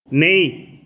नेईं